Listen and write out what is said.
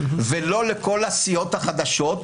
ולא לכל הסיעות החדשות,